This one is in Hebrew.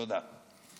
תודה.